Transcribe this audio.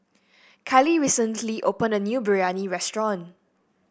Kylee recently opened a new Biryani restaurant